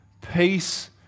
Peace